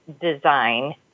design